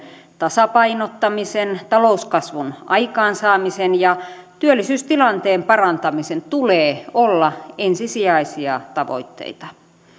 tasapainottamisen talouskasvun aikaansaamisen ja työllisyystilanteen parantamisen tulee olla ensisijaisia tavoitteita